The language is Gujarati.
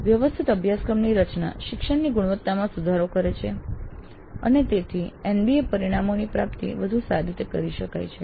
વ્યવસ્થિત અભ્યાસક્રમની રચના શિક્ષણની ગુણવત્તામાં સુધારો કરે છે અને તેથી NBA પરિણામોની પ્રાપ્તિ વધુ સારી રીતે થઈ શકે છે